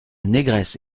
négresse